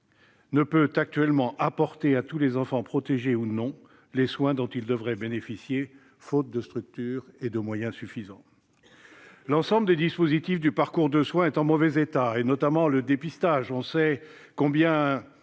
ne peut actuellement apporter à tous les enfants, protégés ou non, les soins dont ils devraient bénéficier, faute de structures et de moyens suffisants. L'ensemble des dispositifs du parcours de soins est en mauvais état, notamment le dépistage. On sait combien